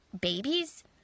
babies